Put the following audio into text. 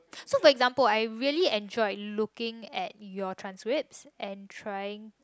so for example I really enjoy looking at your transcripts and trying